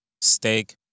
Steak